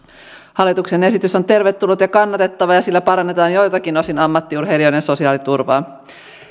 hallituksen esitys on tervetullut ja kannatettava ja sillä parannetaan joiltakin osin ammattiurheilijoiden sosiaaliturvaa